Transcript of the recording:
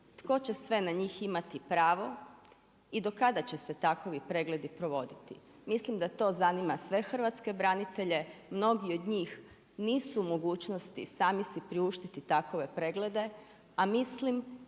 Tko će sve na njih imati pravo? I do kada će se takvi pregledi provoditi? Mislim da to zanima sve hrvatske branitelje. Mnogi od njih nisu u mogućnosti sami si priuštiti takve preglede, a mislim